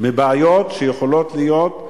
מבעיות שיכולות להיות.